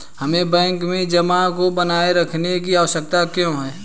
हमें बैंक में जमा को बनाए रखने की आवश्यकता क्यों है?